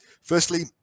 firstly